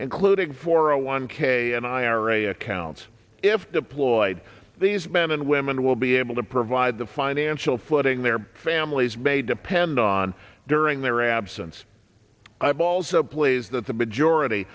clothing for a one k and ira accounts if deployed these men and women will be able to provide the financial footing their families may depend on during their absence i've also plays that the majority